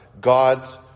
God's